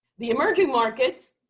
the emerging markets,